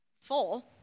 full